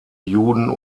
juden